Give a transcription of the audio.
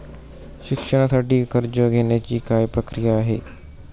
शिक्षणासाठी कर्ज घेण्याची काय प्रक्रिया आहे?